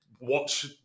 watch